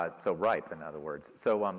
ah so ripe in other words. so, um